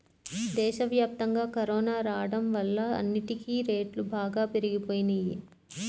దేశవ్యాప్తంగా కరోనా రాడం వల్ల అన్నిటికీ రేట్లు బాగా పెరిగిపోయినియ్యి